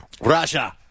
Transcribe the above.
Russia